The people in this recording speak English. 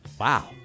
Wow